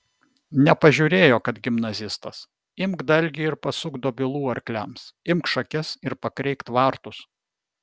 nepažiūrėjo kad gimnazistas imk dalgį ir pasuk dobilų arkliams imk šakes ir pakreik tvartus